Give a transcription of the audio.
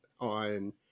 on